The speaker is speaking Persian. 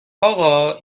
آقا